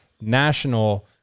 national